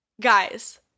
Guys